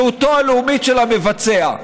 זהותו הלאומית של המבצע.